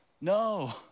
No